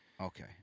Okay